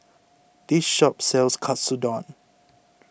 this shop sells Katsudon